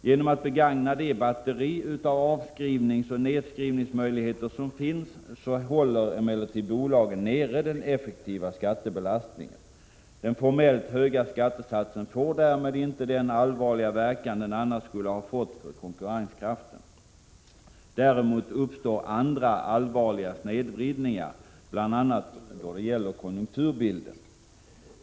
Genom att begagna det batteri av avskrivningsoch nedskrivningsmöjligheter som finns håller emellertid bolagen nere den effektiva skattebelastningen. Den formellt höga skattesatsen får därmed inte den allvarliga verkan den annars skulle ha fått för konkurrenskraften. Däremot uppstår andra, allvarliga snedvridningar, bl.a. i konjunkturbilden.